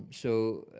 um so